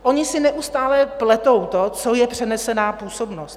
Oni si neustále pletou to, co je přenesená působnost.